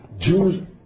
Jews